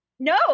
No